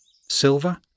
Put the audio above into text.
Silver